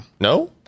no